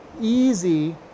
easy